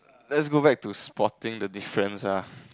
let's go back to spoting the difference ah